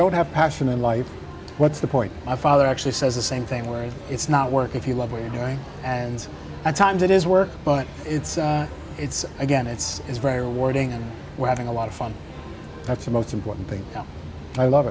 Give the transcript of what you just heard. don't have passion in life what's the point my father actually says the same thing where it's not work if you love what you're doing and at times it is work but it's it's again it's very rewarding and we're having a lot of fun that's the most important thing i love